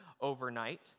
overnight